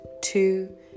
two